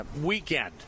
weekend